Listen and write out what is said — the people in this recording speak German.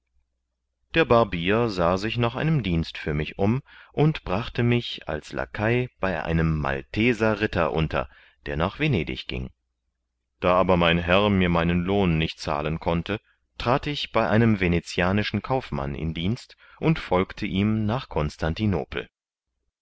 der barbier sah sich nach einem dienst für mich um und brachte mich als lakai bei einem malteser ritter unter der nach venedig ging da aber mein herr mir meinen lohn nicht zahlen konnte trat ich bei einem venetianischen kaufmann in dienst und folgte ihm nach